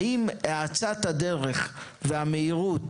לגבי האצת הדרך והמהירות,